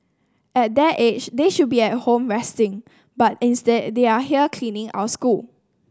at their age they should be at home resting but instead they are here cleaning our school